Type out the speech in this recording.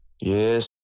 Yes